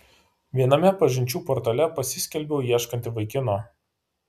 viename pažinčių portale pasiskelbiau ieškanti vaikino